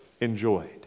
enjoyed